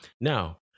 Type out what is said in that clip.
Now